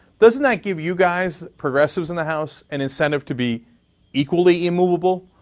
doesn't that give you guys, progressives in the house, an incentive to be equally immovable,